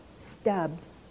stubs